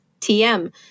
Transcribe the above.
TM